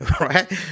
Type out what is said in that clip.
Right